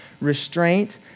restraint